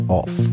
off